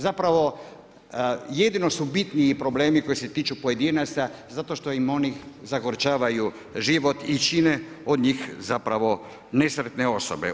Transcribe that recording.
Zapravo jedino su bitni problemi koji tiču pojedinaca zato što im oni zagorčavaju život i čine od njih zapravo nesretne osobe.